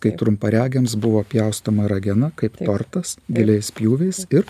kai trumparegiams buvo pjaustoma ragena kaip tortas giliais pjūviais ir